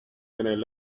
and